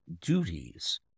duties—